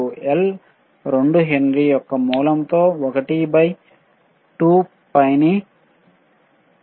L 2 Henry యొక్క మూలంలో 1 by 2 పైని 0